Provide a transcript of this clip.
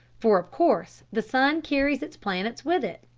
for of course the sun carries its planets with it.